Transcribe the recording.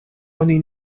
oni